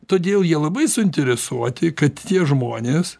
todėl jie labai suinteresuoti kad tie žmonės